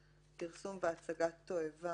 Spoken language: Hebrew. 214(ב2) פרסום והצגת תועבה